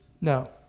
No